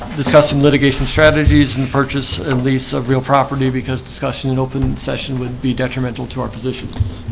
discussing litigation strategies and purchase and lease a real property because discussing an open session would be detrimental to our positions